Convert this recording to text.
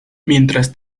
mientras